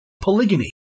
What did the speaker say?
polygyny